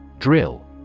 Drill